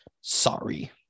sorry